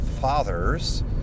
fathers